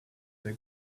they